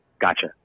Gotcha